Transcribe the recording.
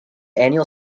annual